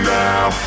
now